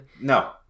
No